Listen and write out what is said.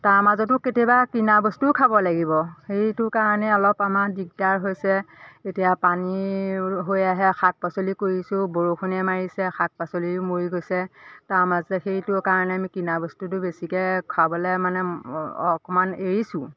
তাৰ মাজতো কেতিয়াবা কিনা বস্তুও খাব লাগিব সেইটো কাৰণে অলপ আমাৰ দিগদাৰ হৈছে এতিয়া পানীৰ হৈ আহে শাক পাচলি কৰিছোঁ বৰষুণে মাৰিছে শাক পাচলিও মৰি গৈছে তাৰ মাজতে সেইটো কাৰণে আমি কিনা বস্তুটো বেছিকৈ খাবলৈ মানে অকণমান এৰিছোঁ